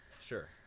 Sure